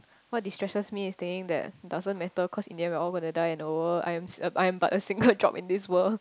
what destresses me is thinking that doesn't matter cause in the end we are all going to die in the world I'm I'm but a single drop in this world